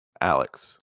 Alex